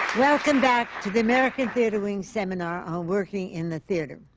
welcome back to the american theatre wing seminar on working in the theatre.